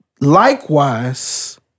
Likewise